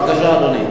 בבקשה, אדוני.